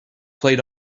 played